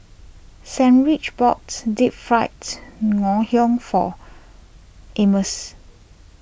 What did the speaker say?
sandwich boats Deep fries Ngoh Hiang for Ammon's